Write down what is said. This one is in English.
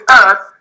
earth